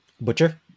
Butcher